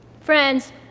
Friends